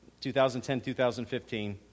2010-2015